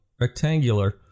Rectangular